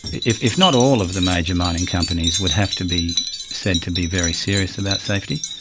if if not all of the, major mining companies, would have to be said to be very serious about safety.